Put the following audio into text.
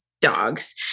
dogs